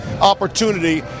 opportunity